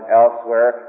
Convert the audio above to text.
elsewhere